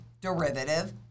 derivative